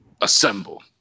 assemble